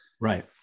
Right